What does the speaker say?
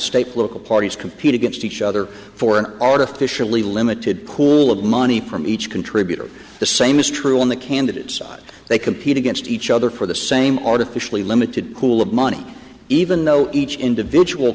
state local parties compete against each other for an artificially limited pool of money from each contributor the same is true on the candidate side they compete against each other for the same artificially limited pool of money even though each individual